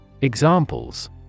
Examples